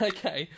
Okay